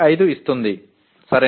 215 தருகிறது சரியா